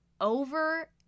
over